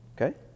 Okay